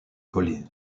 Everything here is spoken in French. colliers